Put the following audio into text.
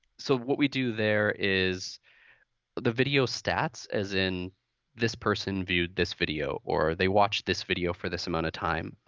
so what we do there is the video stats, v as in this person viewed this video, or they watched this video for this amount of time,